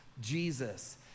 Jesus